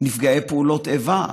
נפגעי פעולות איבה,